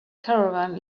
caravan